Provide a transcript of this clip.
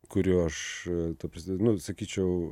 kurio aš ta prasme nu sakyčiau